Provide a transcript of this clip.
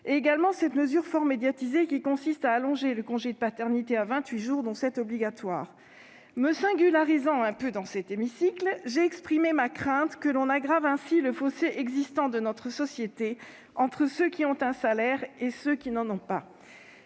-, ainsi que cette mesure fort médiatisée visant à allonger le congé de paternité à vingt-huit jours, dont sept obligatoires. Me singularisant un peu dans cet hémicycle, j'ai exprimé ma crainte que l'on aggrave ainsi le fossé existant dans notre société entre ceux qui ont un salaire et ceux qui n'en ont pas.